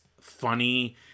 funny